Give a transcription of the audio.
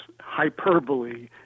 hyperbole